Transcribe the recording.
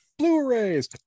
Blu-rays